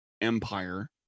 Empire